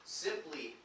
simply